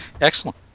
Excellent